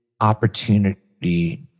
opportunity